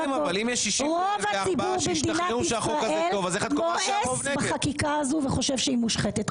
רוב הציבור במדינת ישראל מואס בחקיקה הזאת וחושב שהיא מושחתת.